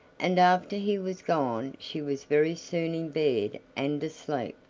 and after he was gone she was very soon in bed and asleep,